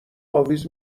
اویز